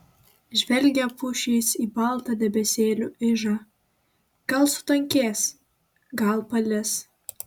žvelgia pušys į baltą debesėlių ižą gal sutankės gal palis